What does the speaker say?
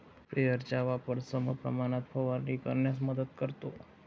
स्प्रेयरचा वापर समप्रमाणात फवारणी करण्यास मदत करतो